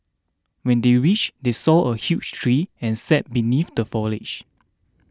when they reached they saw a huge tree and sat beneath the foliage